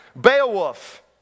Beowulf